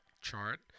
chart